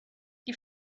die